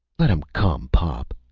let em come, pop,